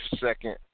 second